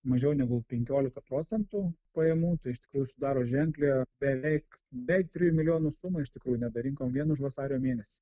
mažiau negu penkioliką procentų pajamų tai iš tikrųjų sudaro ženklią beveik bent trijų milijonų sumą iš tikrųjų nedarinkom vien už vasario mėnesį